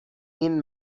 این